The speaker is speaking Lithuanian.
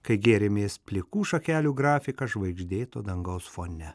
kai gėrimės plikų šakelių grafika žvaigždėto dangaus fone